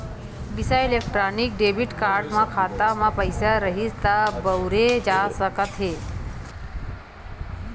बिसा electronic debit card ल खाता म पइसा रइही त बउरे जा सकत हे